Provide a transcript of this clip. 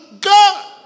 God